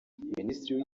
minisitiri